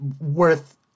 worth